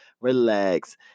relax